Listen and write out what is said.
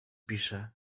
piszę